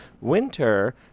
winter